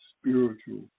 spiritual